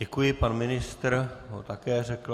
Děkuji Pan ministr ho také řekl.